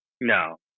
No